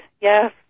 yes